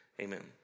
amen